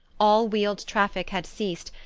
all wheeled traffic had ceased,